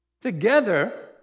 together